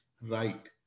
right